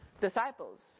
disciples